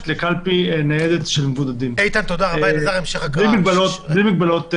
לקלפי ניידת של מבודדים בלי מגבלות אחרות.